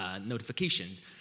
notifications